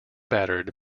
battered